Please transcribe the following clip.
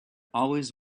always